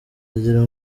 agira